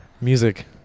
music